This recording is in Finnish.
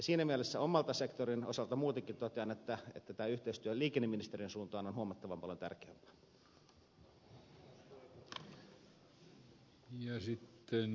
siinä mielessä oman sektorini osalta muutenkin totean että tämä yhteistyö liikenneministeriön suuntaan on huomattavan paljon tärkeämpää